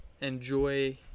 enjoy